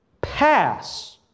pass